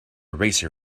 racer